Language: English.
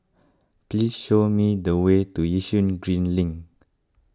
please show me the way to Yishun Green Link